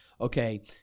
Okay